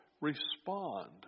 respond